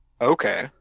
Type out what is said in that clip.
okay